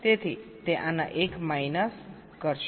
તેથી તે આના 1 માઇનસ કરશે